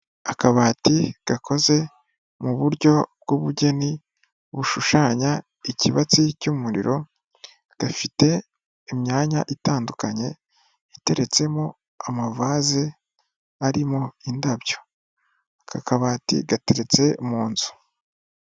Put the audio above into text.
Akabati gakoze mu buryo bw'ubugeni bushushanya ikibatsi cy'umuriro, gafite imyanya itandukanye iteretsemo amavaze arimo indabyo, aka kabati gateretse mu nzu.